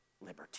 liberty